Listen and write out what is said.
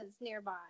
nearby